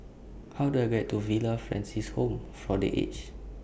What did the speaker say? How Do I get to Villa Francis Home For The Aged